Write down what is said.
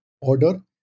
Order